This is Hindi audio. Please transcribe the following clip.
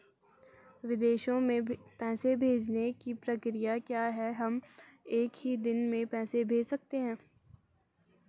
विदेशों में पैसे भेजने की प्रक्रिया क्या है हम एक ही दिन में पैसे भेज सकते हैं?